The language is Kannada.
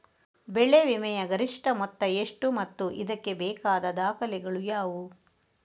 ಬೆಳೆ ವಿಮೆಯ ಗರಿಷ್ಠ ಮೊತ್ತ ಎಷ್ಟು ಮತ್ತು ಇದಕ್ಕೆ ಬೇಕಾದ ದಾಖಲೆಗಳು ಯಾವುವು?